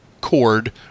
cord